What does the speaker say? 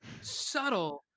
subtle